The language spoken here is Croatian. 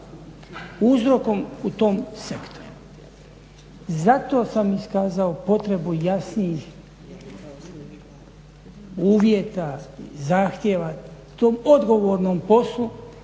uzrokom u tom sektoru. Zato sam iskazao potrebu jasnijih uvjeta i zahtjeva tom odgovornom poslu